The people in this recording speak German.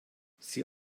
sie